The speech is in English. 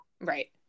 Right